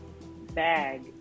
bag